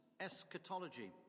eschatology